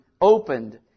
opened